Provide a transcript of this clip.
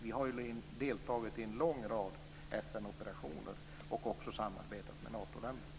Vi har ju deltagit i en lång rad FN-operationer och också samarbetat med Natoländerna.